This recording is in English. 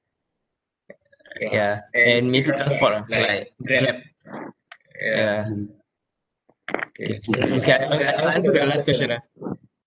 yeah and maybe transport ah like grab yeah K I'll answer the last question ah